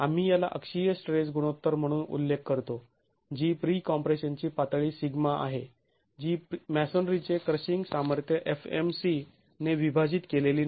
आम्ही याला अक्षीय स्ट्रेस गुणोत्तर म्हणून उल्लेख करतो जी प्री कॉम्प्रेशन ची पातळी सिग्मा आहे जी मॅसोनरीचे क्रशिंग सामर्थ्य fmc ने विभाजित केलेली नाही